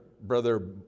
Brother